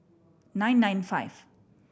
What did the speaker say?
nine nine five